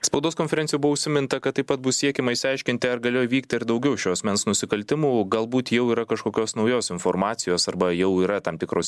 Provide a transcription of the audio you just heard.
spaudos konferencijoj buvo užsiminta kad taip pat bus siekiama išsiaiškinti ar galėjo įvykti ir daugiau šio asmens nusikaltimų o galbūt jau yra kažkokios naujos informacijos arba jau yra tam tikros